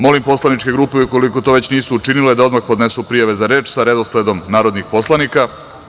Molim poslaničke grupe, ukoliko to već nisu učinile, da odmah podnesu prijave za reč sa redosledom narodnih poslanika.